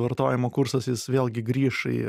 vartojimo kursas jis vėlgi grįš į